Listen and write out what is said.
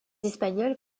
espagnols